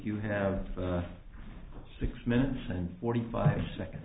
you have six minutes and forty five seconds